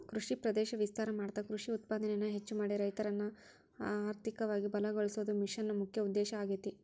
ಕೃಷಿ ಪ್ರದೇಶ ವಿಸ್ತಾರ ಮಾಡ್ತಾ ಕೃಷಿ ಉತ್ಪಾದನೆನ ಹೆಚ್ಚ ಮಾಡಿ ರೈತರನ್ನ ಅರ್ಥಧಿಕವಾಗಿ ಬಲಗೋಳಸೋದು ಮಿಷನ್ ನ ಮುಖ್ಯ ಉದ್ದೇಶ ಆಗೇತಿ